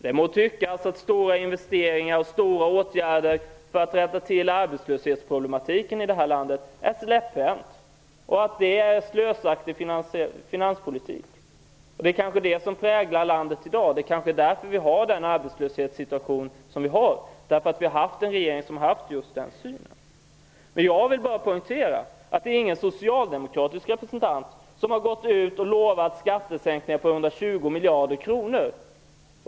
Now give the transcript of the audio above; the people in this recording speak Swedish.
Det må tyckas att stora investeringar och omfattande åtgärder för att komma till rätta med arbetslöshetsproblematiken i vårt land är släpphänt politik och att det är en slösaktig finanspolitik. Men det är kanske det som präglar vårt land i dag. Det är kanske därför som vi har den arbetslöshetssituation som vi har -- vi har ju haft en regering med just nämnda syn. Jag vill bara poängtera att ingen socialdemokratisk representant har gått ut med löften om skattesänkningar på 120 miljarder kronor.